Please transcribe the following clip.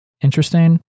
Interesting